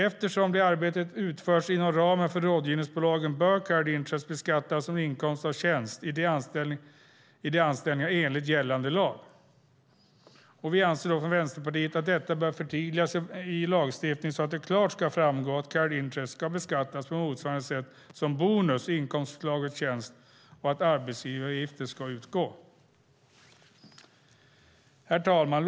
Eftersom det arbetet har utförts inom ramen för rådgivningsbolagen bör carried interest beskattas som inkomst av tjänst i de anställningarna enligt gällande lag. Vänsterpartiet anser att detta bör förtydligas i lagstiftningen, så att det klart ska framgå att carried interest ska beskattas på motsvarande sätt som bonus i inkomstslaget tjänst och att arbetsgivaravgifter ska utgå. Herr talman!